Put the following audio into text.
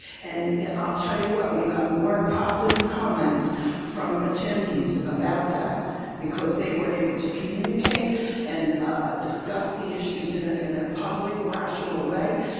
and i'll tell you what, we got more positive comments from attendees about that because they were able to communicate and discuss the issues in ah in a public, rational way,